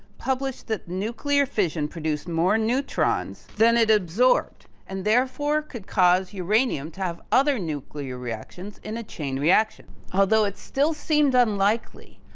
published that nuclear fission produced more neutrons than it absorbed and therefore could cause uranium to have other nuclear reactions in a chain reaction. although it's still seemed unlikely,